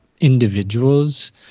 individuals